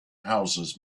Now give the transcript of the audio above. houses